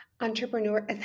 Entrepreneur